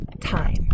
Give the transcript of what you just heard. time